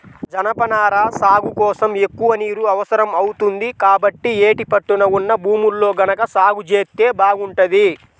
జనపనార సాగు కోసం ఎక్కువ నీరు అవసరం అవుతుంది, కాబట్టి యేటి పట్టున ఉన్న భూముల్లో గనక సాగు జేత్తే బాగుంటది